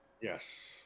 yes